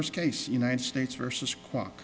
case united states versus clock